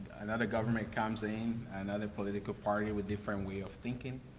another government comes in, another political party with different way of thinking,